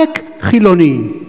על"ק חילוני.